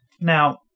Now